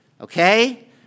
Okay